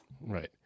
right